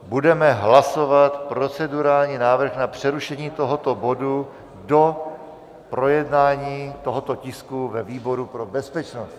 Budeme hlasovat procedurální návrh na přerušení tohoto bodu do projednání tohoto tisku ve výboru pro bezpečnost.